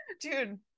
Dude